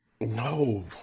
No